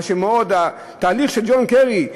התהליך של ג'ון קרי,